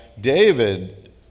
David